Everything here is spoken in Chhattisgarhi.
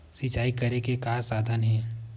सिंचाई करे के का साधन हे?